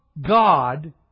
God